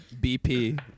BP